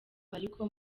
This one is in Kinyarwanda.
ariko